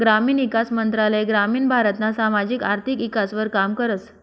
ग्रामीण ईकास मंत्रालय ग्रामीण भारतना सामाजिक आर्थिक ईकासवर काम करस